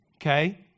okay